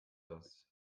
das